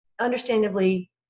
understandably